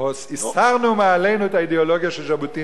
והסרנו מעלינו את האידיאולוגיה של ז'בוטינסקי,